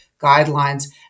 guidelines